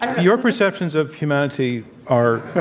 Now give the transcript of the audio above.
ah your perceptions of humanity are